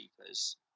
keepers